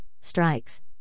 strikes